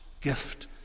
gift